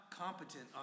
competent